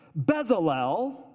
Bezalel